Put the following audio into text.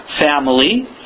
family